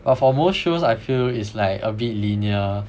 but for most shows I feel is like a bit linear